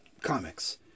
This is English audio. comics